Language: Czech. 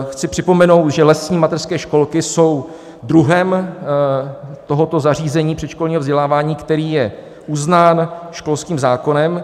Chci připomenout, že lesní mateřské školky jsou druhem tohoto zařízení předškolního vzdělávání, který je uznán školským zákonem.